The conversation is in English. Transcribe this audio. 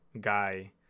guy